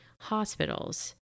hospitals